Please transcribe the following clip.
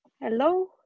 Hello